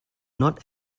not